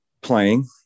playing